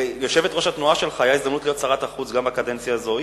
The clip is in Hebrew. ליושבת-ראש התנועה שלך היתה הזדמנות להיות שרת החוץ גם בקדנציה הזאת.